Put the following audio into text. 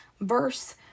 verse